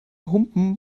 humpen